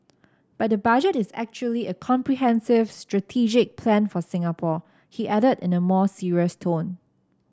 but the Budget is actually a comprehensive strategic plan for Singapore he added in a more serious tone